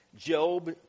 Job